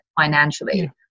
financially